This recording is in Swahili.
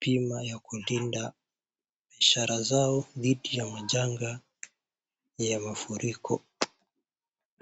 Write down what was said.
bima ya kulinda biashara zao dhidi ya majanga ya mafuriko.